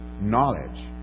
knowledge